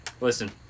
Listen